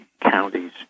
counties